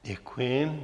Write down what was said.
Děkuji.